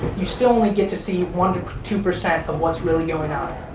you still only get to see one to two percent of what's really going on.